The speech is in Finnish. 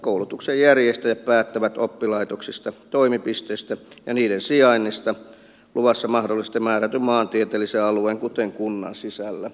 koulutuksen järjestäjät päättävät oppilaitoksista toimipisteistä ja niiden sijainnista luvassa mahdollisesti määrätyn maantieteellisen alueen kuten kunnan sisällä